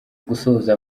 gusoza